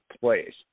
place